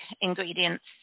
ingredients